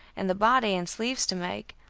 and the body and sleeves to make,